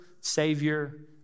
savior